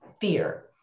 fear